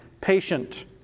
patient